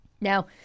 Now